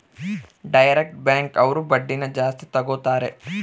direct bank ಅವ್ರು ಬಡ್ಡಿನ ಜಾಸ್ತಿ ತಗೋತಾರೆ